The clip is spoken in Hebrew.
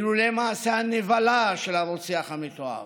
אילולא מעשה הנבלה של הרוצח המתועב.